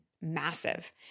massive